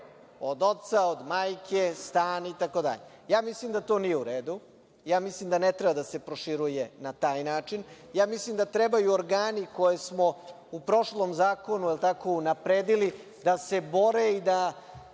od oca, od majke stan itd. Mislim da to nije u redu, mislim da ne treba da se proširuje na taj način. Mislim da trebaju organi koje smo u prošlom zakonu, jel tako, unapredili da se bore i da